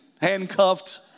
handcuffed